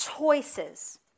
Choices